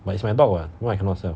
but it's my dog [what] why I cannot sell